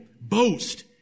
boast